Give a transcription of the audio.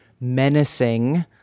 menacing